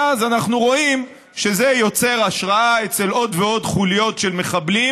מאז אנחנו רואים שזה יוצר השראה אצל עוד ועוד חוליות של מחבלים